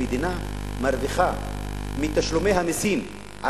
המדינה מרוויחה מתשלומי המסים על